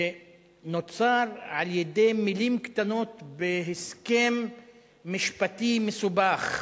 שנוצר על-ידי מלים קטנות בהסכם משפטי מסובך.